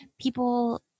people